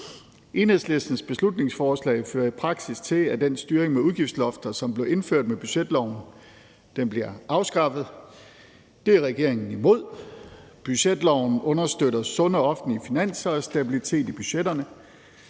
Enhedslistens beslutningsforslag fører i praksis til, at den styring med udgiftslofter, som blev indført med budgetloven, bliver afskaffet. Det er regeringen imod. Budgetloven understøtter sunde offentlige finanser og stabilitet i budgetterne.